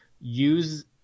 use –